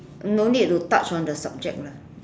no need to touch on the subject lah